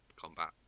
combat